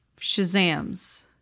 Shazams